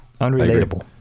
Unrelatable